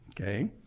okay